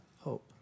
hope